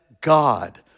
God